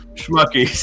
schmuckies